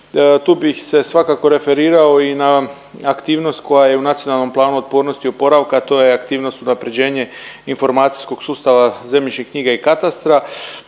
Tu bih se svakako referirao i na aktivnost koja je u NPOO-u, a to je aktivnost unapređenje informacijskog sustava zemljišnih knjiga i katastra